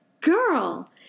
girl